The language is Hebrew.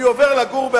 אני עובר לגור באשדוד.